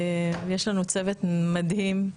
יש לנו צוות מדהים,